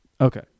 okay